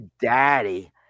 Daddy